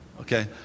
Okay